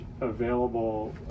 available